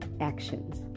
actions